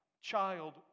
Child